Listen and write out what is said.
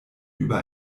über